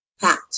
Hat